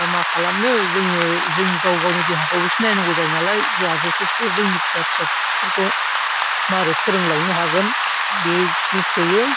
दा मा खालामनो जोङो जों गाव गावनि देहाखौबो एसे नायनांगौ जायो नालाय जोहा जथेसथ' जोंनि फिसा फिसौफोरखौ माबोरै फोरोंलांनो हागोन बे खिनि थोयो